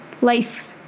life